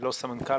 לא סמנכ"ל.